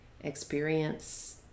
experience